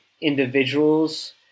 individuals